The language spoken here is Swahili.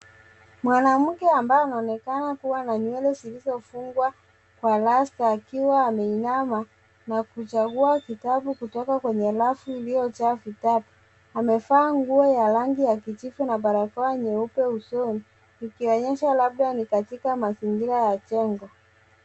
Mwanamke ambaye anaonekana kuwa na nywele zilizofungwa kwa rasta akiwa ameinama na kuchagua kitabu kutoka kwenye rafu iliyojaa vitabu amevaa nguo ya rangi ya kijivu na barakoa nyeupe usoni ikionyesha labda ni katika mazingira ya jengo.